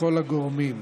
מכל הגורמים.